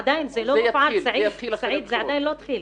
זה עדיין לא התחיל.